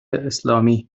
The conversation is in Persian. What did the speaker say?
اسلامی